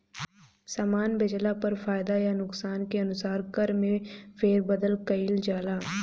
सामान बेचला पर फायदा आ नुकसान के अनुसार कर में फेरबदल कईल जाला